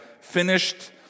finished